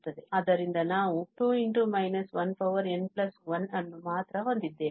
ಆದ್ದರಿಂದ ನಾವು 2n1 ಅನ್ನು ಮಾತ್ರ ಹೊಂದಿದ್ದೇವೆ